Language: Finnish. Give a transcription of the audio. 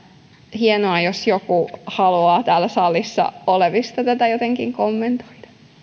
hienoa jos joku salissa olevista haluaisi tätä jotenkin kommentoida